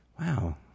Wow